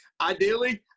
Ideally